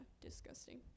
disgusting